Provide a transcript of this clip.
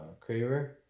Craver